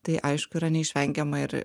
tai aišku yra neišvengiama ir